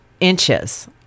inches